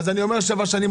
אתה לא רוצה שבע שנים?